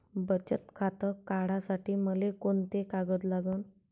बचत खातं काढासाठी मले कोंते कागद लागन?